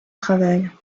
travail